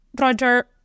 Roger